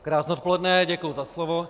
Krásné odpoledne, děkuji za slovo.